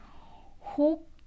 Hope